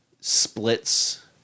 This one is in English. splits